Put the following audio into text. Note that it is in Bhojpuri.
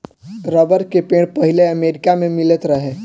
रबर के पेड़ पहिले अमेरिका मे मिलत रहे